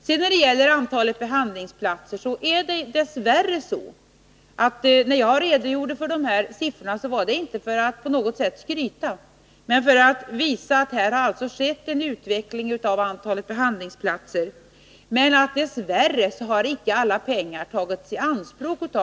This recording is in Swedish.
När det sedan gäller antalet behandlingsplatser var det inte för att på något sätt skryta som jag redovisade dessa siffror utan för att visa att det har skett en ökning av antalet behandlingsplatser, men att kommunerna dess värre inte har tagit alla pengar i anspråk.